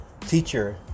teacher